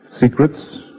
Secrets